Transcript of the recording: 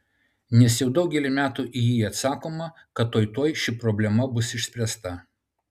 nes jau daugelį metų į jį atsakoma kad tuoj tuoj ši problema bus išspręsta